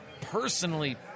personally